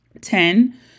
Ten